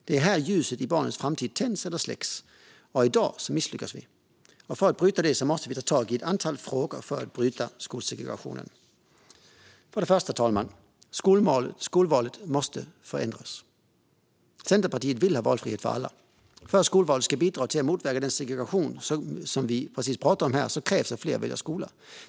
Det är där som ljuset i barnens framtid tänds eller släcks. Och i dag misslyckas vi. För att bryta detta måste vi ta tag i ett antal frågor för att bryta skolsegregationen. Fru talman! Först och främst måste skolvalet förändras. Centerpartiet vill ha valfrihet för alla. För att skolvalet ska bidra till att motverka den segregation som jag precis pratade om krävs att fler väljer skola.